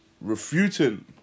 refuting